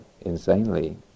insanely